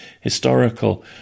historical